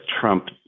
Trump